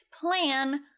plan